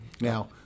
Now